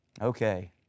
Okay